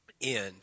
end